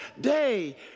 day